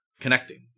connecting